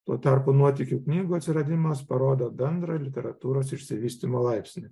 tuo tarpu nuotykių knygų atsiradimas parodo bendrą literatūros išsivystymo laipsnį